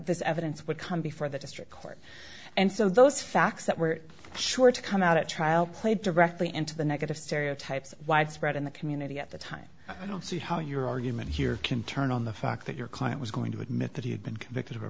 this evidence would come before the district court and so those facts that were sure to come out at trial played directly into the negative stereotypes widespread in the community at the time i don't see how your argument here can turn on the fact that your client was going you admit that you've been convicted of a